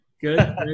Good